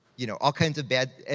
you know, all kinds of bad,